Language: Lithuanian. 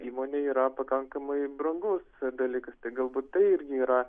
įmonei yra pakankamai brangus dalykas galbūt tai irgi yra